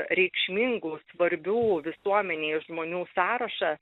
reikšmingų svarbių visuomenei žmonių sąrašą